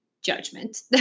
judgment